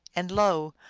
and lo!